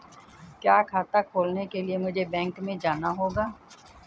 क्या खाता खोलने के लिए मुझे बैंक में जाना होगा?